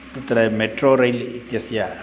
तत्र metro rail इत्यस्य